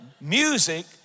music